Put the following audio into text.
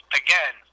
again